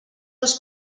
els